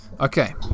Okay